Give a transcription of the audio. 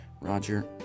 Roger